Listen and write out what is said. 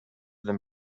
them